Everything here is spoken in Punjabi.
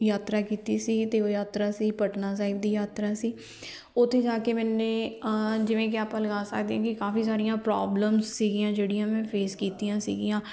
ਯਾਤਰਾ ਕੀਤੀ ਸੀ ਅਤੇ ਉਹ ਯਾਤਰਾ ਅਸੀਂ ਪਟਨਾ ਸਾਹਿਬ ਦੀ ਯਾਤਰਾ ਸੀ ਉੱਥੇ ਜਾ ਕੇ ਮੈਨੇ ਜਿਵੇਂ ਕਿ ਆਪਾਂ ਲਗਾ ਸਕਦੇ ਹਾਂ ਕਿ ਕਾਫੀ ਸਾਰੀਆਂ ਪ੍ਰੋਬਲਮ ਸੀਗੀਆਂ ਜਿਹੜੀਆਂ ਮੈਂ ਫੇਸ ਕੀਤੀਆਂ ਸੀਗੀਆਂ